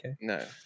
No